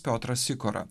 piotras sikora